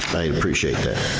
i appreciate that.